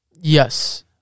Yes